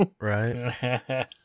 Right